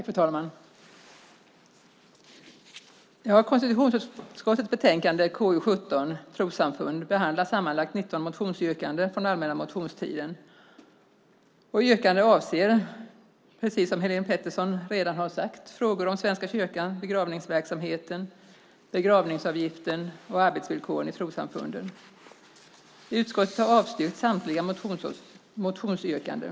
Fru talman! I konstitutionsutskottets betänkande KU7 Trossamfund behandlas sammanlagt 19 motionsyrkanden från den allmänna motionstiden. Yrkandena avser, precis som Helene Petersson redan har sagt, frågor om Svenska kyrkan, begravningsverksamheten, begravningsavgiften och arbetsvillkoren i trossamfunden. Utskottet har avstyrkt samtliga motionsyrkanden.